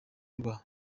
rwa